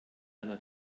einer